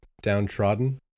downtrodden